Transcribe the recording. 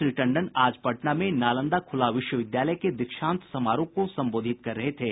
श्री टंडन आज पटना में नालंदा खुला विश्वविद्यालय के दीक्षांत समारोह को संबोधित कर रहे थे